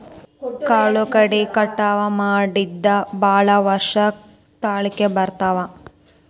ಕಾಳು ಕಡಿ ಕಟಾವ ಮಾಡಿಂದ ಭಾಳ ವರ್ಷ ತಾಳಕಿ ಬರ್ತಾವ